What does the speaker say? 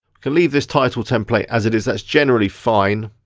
can leave this title template as it is, that's generally fine.